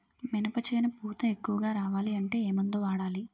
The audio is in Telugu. మినప చేను పూత ఎక్కువ రావాలి అంటే ఏమందు వాడాలి?